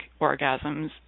orgasms